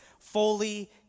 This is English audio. Fully